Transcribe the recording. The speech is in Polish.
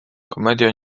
komedia